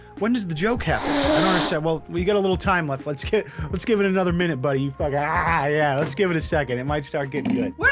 when does the joke happen? i don't understand. well, we got a little time left. let's give. let's give it another minute buddy but yeah, let's give it a second it might start getting good. where